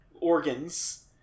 organs